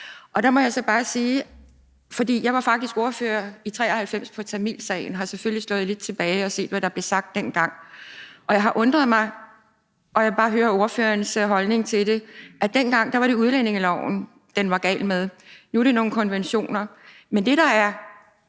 Og der må jeg så bare sige, for jeg var faktisk ordfører i 1993 på tamilsagen, at jeg selvfølgelig har kigget lidt tilbage og set, hvad der blev sagt dengang – og jeg har undret mig . Jeg vil bare høre ordførerens holdning, for dengang var det udlændingeloven, den var gal med; nu er det nogle konventioner. Men det, der er